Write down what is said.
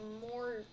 more